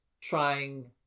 trying